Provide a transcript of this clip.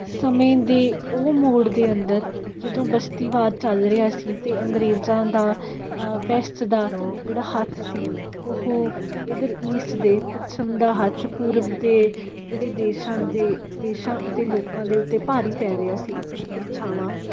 ਸਮੇਂ ਦੇ ਉਹ ਮੌੜ ਦੇ ਅੰਦਰ ਜਦੋਂ ਬਸਤੀਵਾਦ ਚੱਲ ਰਿਹਾ ਸੀ ਅਤੇ ਅੰਗਰੇਜ਼ਾਂ ਦਾ ਵੈਸਟ ਦਾ ਜਿਹੜਾ ਹੱਥ ਸੀ ਉਹ ਇੱਧਰ ਈਸਟ ਦੇ ਪੱਛਮ ਦਾ ਹੱਥ ਪੂਰਬ ਦੇ ਜਿਹੜੇ ਦੇਸ਼ਾਂ ਦੇ ਦੇਸ਼ਾਂ ਅਤੇ ਲੋਕਾਂ ਦੇ ਉੱਤੇ ਭਾਰੀ ਪੈ ਰਿਹਾ ਸੀ ਉਹ ਪਰਛਾਵਾਂ